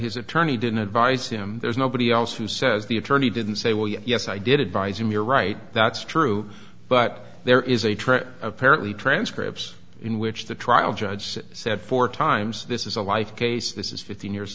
his attorney didn't advise him there's nobody else who says the attorney didn't say well yes i did advise him you're right that's true but there is a trail apparently transcripts in which the trial judge said four times this is a life case this is fifteen years